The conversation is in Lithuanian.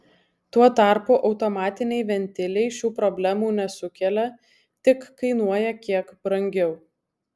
tuo tarpu automatiniai ventiliai šių problemų nesukelia tik kainuoja kiek brangiau